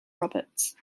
roberts